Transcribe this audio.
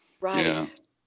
Right